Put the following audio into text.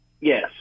Yes